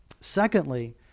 Secondly